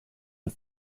and